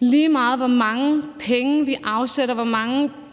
lige meget hvor mange penge vi afsætter og hvor stort